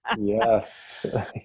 Yes